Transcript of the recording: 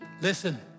Listen